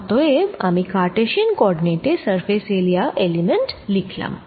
অতএব আমি Cartesian coordinate এ সারফেস এরিয়া এলিমেন্ট লিখলাম